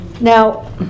Now